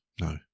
No